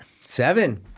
Seven